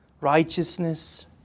righteousness